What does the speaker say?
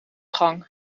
gang